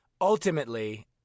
Ultimately